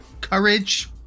courage